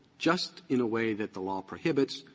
just in a way that the law prohibits,